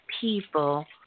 people